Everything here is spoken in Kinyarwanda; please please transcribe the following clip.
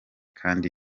kandi